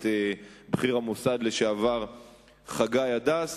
את בכיר המוסד לשעבר חגי הדס.